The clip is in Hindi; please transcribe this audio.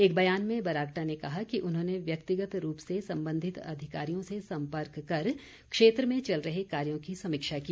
एक बयान में बरागटा ने कहा कि उन्होंने व्यक्तिगत रूप से संबंधित अधिकारियों से सम्पर्क कर क्षेत्र में चल रहे कार्यों की समीक्षा की